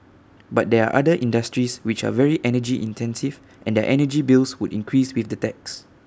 but there are other industries which are very energy intensive and their energy bills would increase with the tax